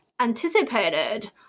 anticipated